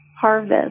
harvest